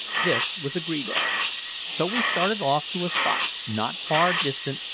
this was agreed on so we started off to a spot, not far distant,